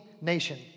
nation